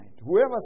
whoever